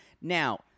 Now